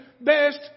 best